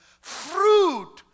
fruit